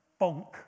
bonk